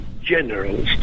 generals